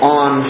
on